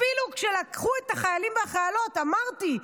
אפילו כשלקחו את החיילים והחיילות, אמרתי,